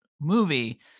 movie